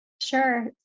Sure